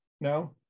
No